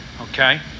okay